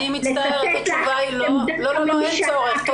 אני מצטערת, אין צורך.